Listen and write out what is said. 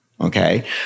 Okay